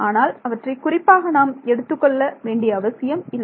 ஆனால் அவற்றைக் குறிப்பாக நாம் எடுத்துக் கொள்ள வேண்டிய அவசியம் இல்லை